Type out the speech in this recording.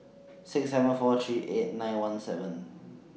six seven four three eight nine one seven